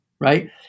right